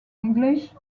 english